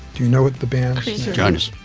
do you know what the band